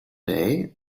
day